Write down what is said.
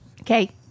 Okay